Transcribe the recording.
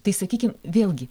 tai sakykim vėlgi